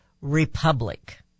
republic